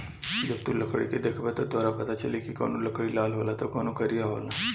जब तू लकड़ी के देखबे त तोरा पाता चली की कवनो लकड़ी लाल होला त कवनो करिया होला